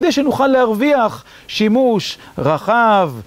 כדי שנוכל להרוויח שימוש רחב.